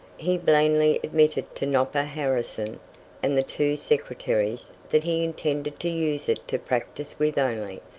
he blandly admitted to nopper harrison and the two secretaries that he intended to use it to practice with only,